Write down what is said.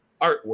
artwork